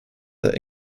there